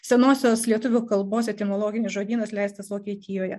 senosios lietuvių kalbos etimologinis žodynas leistas vokietijoje